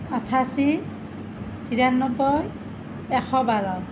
আঠাশী তিৰান্নবৈ এশ বাৰ